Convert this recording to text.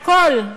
הכול.